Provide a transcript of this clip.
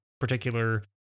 particular